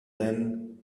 then